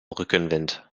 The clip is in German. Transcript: rückenwind